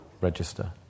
register